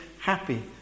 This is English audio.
happy